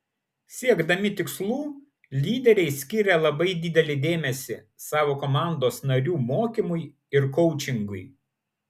siekdami tikslų lyderiai skiria labai didelį dėmesį savo komandos narių mokymui ir koučingui